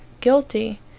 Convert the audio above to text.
guilty